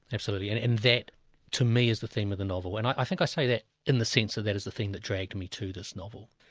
absolutely, and that to me is the theme of the novel. and i think i say that in the sense that that is the thing that dragged me to this novel.